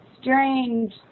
strange